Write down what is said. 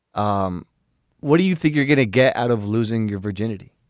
um what do you think you're going to get out of losing your virginity